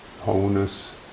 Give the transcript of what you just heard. wholeness